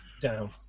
down